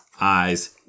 eyes